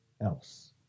else